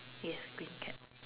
yes green cap